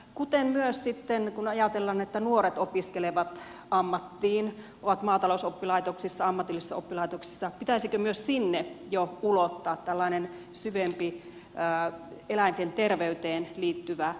kuten myös kun ajatellaan että nuoret opiskelevat ammattiin ovat maatalousoppilaitoksissa ammatillisissa oppilaitoksissa pitäisikö myös sinne jo ulottaa tällainen syvempi eläinten terveyteen liittyvä